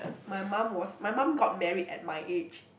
my mum was my mum got married at my age